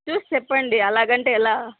చూసి చెప్పండి అలాగంటే ఎలా